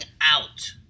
out